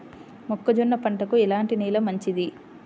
మొక్క జొన్న పంటకు ఎలాంటి నేల మంచిది?